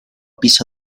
piso